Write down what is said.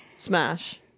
Smash